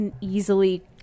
easily